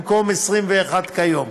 במקום גיל 21 כיום.